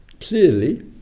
Clearly